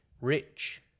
rich